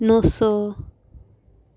नौ सौ